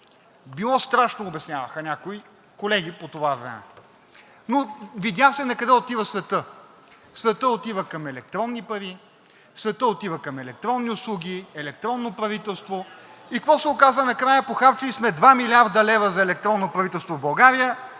било страшно – обясняваха колеги по това време, но се видя накъде отива светът. Светът отива към електронни пари, светът отива към електронни услуги, електронно правителство и какво се оказа накрая? Похарчили сме два милиарда лева за електронно правителство в България,